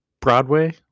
Broadway